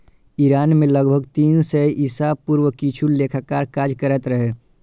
Iran मे लगभग तीन सय ईसा पूर्व किछु लेखाकार काज करैत रहै